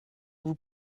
vous